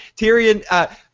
Tyrion